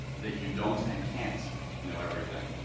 that you don't and can't know everything.